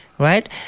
right